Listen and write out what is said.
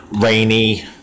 rainy